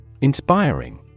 Inspiring